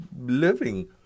living